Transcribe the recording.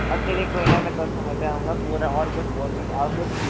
अब चलिए कोई न मैं कल समय पर आऊंगा और कुछ बोल रही हैं और कुछ